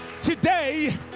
today